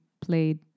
played